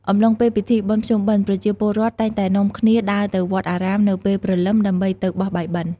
អំឡុងពេលពិធីបុណ្យភ្ជុំបិណ្ឌប្រជាពលរដ្ឋតែងតែនាំគ្នាដើរទៅវត្ដអារាមនៅពេលព្រលឹម ដើម្បីទៅបោះបាយបិណ្ឌ។